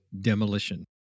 demolition